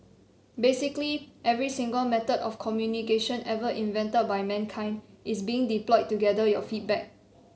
basically every single method of communication ever invented by mankind is being deployed to gather your feedback